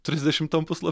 trisdešimtam puslap